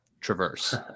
traverse